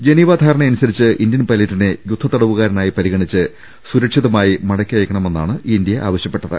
Geneva ധാരണയനുസരിച്ച് Indian പൈലറ്റിനെ യുദ്ധതടവുകാരനായി പരിഗ ണിച്ച് സുരക്ഷിതമായി മടക്കി അയക്കണമെന്നാണ് ഇന്ത്യ ആവശ്യപ്പെട്ട ത്